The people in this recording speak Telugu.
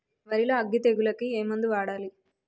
వరిలో అగ్గి తెగులకి ఏ మందు వాడాలి?